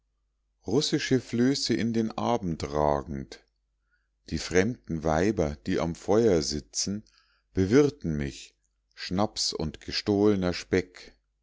russische flöße in den abend ragend die fremden weiber die am feuer sitzen bewirten mich schnaps und gestohlener speck